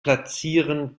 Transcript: platzieren